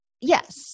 yes